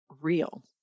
real